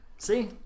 see